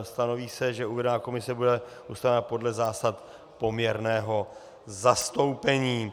Stanoví se, že uvedená komise bude ustavena podle zásad poměrného zastoupení.